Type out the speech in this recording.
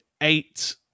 eight